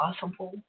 possible